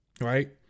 right